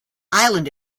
island